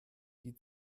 die